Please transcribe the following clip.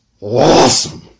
awesome